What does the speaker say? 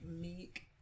meek